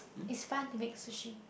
is fun to make sushi